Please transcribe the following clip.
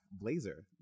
blazer